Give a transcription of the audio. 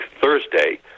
Thursday